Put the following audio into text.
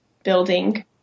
building